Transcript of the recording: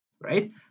right